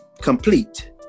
complete